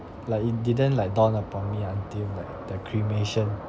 like it didn't like dawn upon me until like the cremation